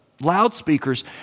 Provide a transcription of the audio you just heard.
loudspeakers